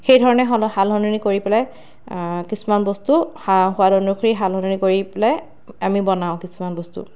সেইধৰণে সল সালসলনি কৰি পেলাই কিছুমান বস্তু সা সোৱাদ অনুসৰি সালসলনি কৰি পেলাই আমি বনাওঁ কিছুমান বস্তু